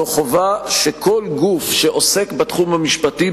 זו חובה שכל גוף שעוסק בתחום המשפטי,